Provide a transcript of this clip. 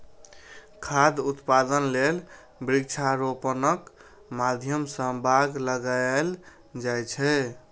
खाद्य उत्पादन लेल वृक्षारोपणक माध्यम सं बाग लगाएल जाए छै